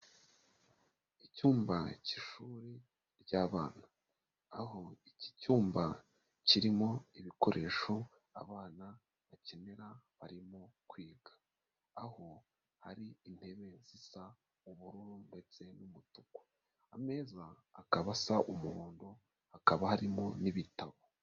Icyumba k'ishuri ry'abana, aho iki cyumba kirimo ibikoresho abana bakenera barimo kwiga, aho hari intebe zisa ubururu ndetse n'umutuku, ameza akaba asa umuhondo hakaba harimo n'ibitabo.